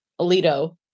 Alito